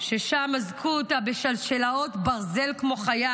ששם אזקו אותה בשלשלות ברזל, כמו חיה,